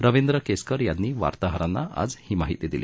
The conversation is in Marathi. रवींद्र केसकर यांनी वार्ताहरांना आज ही माहिती दिली